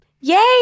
Yay